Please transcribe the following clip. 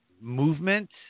movement